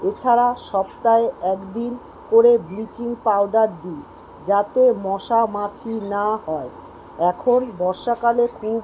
এছাড়া সপ্তাহে এক দিন করে ব্লিচিং পাউডার দিই যাতে মশা মাছি না হয় এখন বর্ষাকালে খুব